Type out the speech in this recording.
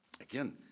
Again